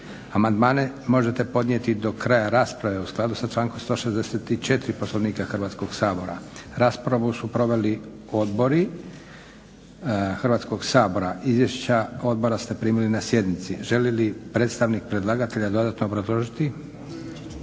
Amandmane možete podnijeti do kraja rasprave, u skladu sa člankom 164. Poslovnika Hrvatskog sabora. Raspravu su proveli odbori Hrvatskog sabora. Izvješća odbora ste primili na sjednici. Želi li predstavnik predlagatelja dodatno obrazložiti?